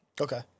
Okay